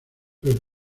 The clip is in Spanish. pero